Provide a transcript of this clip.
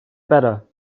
better